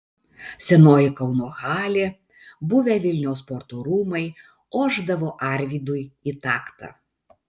senoji kauno halė buvę vilniaus sporto rūmai ošdavo arvydui į taktą